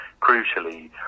crucially